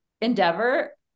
endeavor